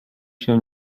się